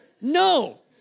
no